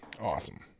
Awesome